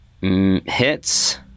Hits